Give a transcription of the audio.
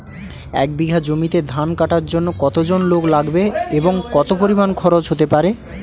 এক বিঘা জমিতে ধান কাটার জন্য কতজন লোক লাগবে এবং কত পরিমান খরচ হতে পারে?